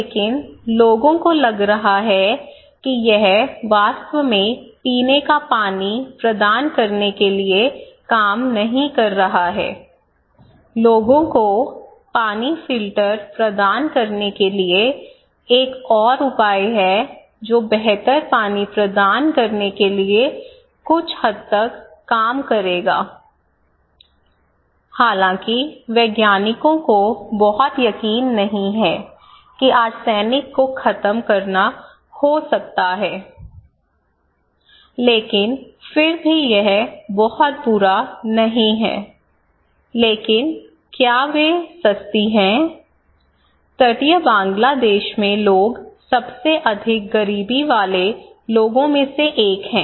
लेकिन लोगों को लग रहा है कि यह वास्तव में पीने का पानी प्रदान करने के लिए काम नहीं कर रहा है लोगों को पानी फिल्टर प्रदान करने के लिए एक और उपाय है जो बेहतर पानी प्रदान करने के लिए कुछ हद तक काम करेगा हालांकि वैज्ञानिकों को बहुत यकीन नहीं है कि आर्सेनिक को खत्म करना हो सकता है लेकिन फिर भी यह बहुत बुरा नहीं है लेकिन क्या वे सस्ती हैं तटीय बांग्लादेश में लोग सबसे अधिक गरीबी वाले लोगों में से एक हैं